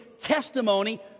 testimony